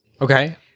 Okay